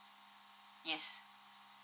yes